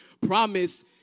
Promise